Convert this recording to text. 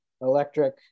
electric